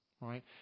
right